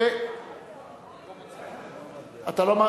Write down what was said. ותועבר לדיון,